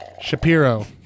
Shapiro